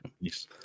Yes